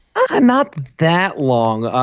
ah not that long.